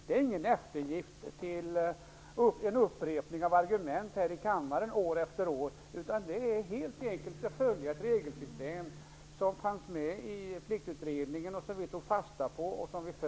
Det är ingen eftergift till en upprepning av argumenten här i kammaren år efter år, utan det innebär helt enkelt att man följer det regelsystem som fanns med i Pliktutredningen och som vi har tagit fasta på.